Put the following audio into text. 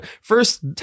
first